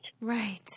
Right